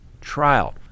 trial